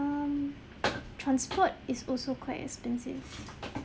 transport is also quite expensive